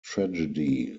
tragedy